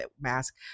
mask